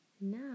Now